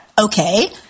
okay